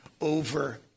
over